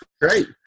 great